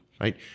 right